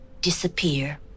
disappear